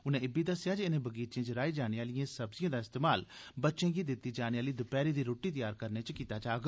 उनें इब्बी आखेआ जे इनें बगीचें च राई जाने आह्ली सब्जिएं दा इस्तेमाल बच्चें गी दित्ती जाने आह्ली दपैह्री दी रूट्टी तैयार करने च कीता जाग